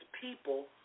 people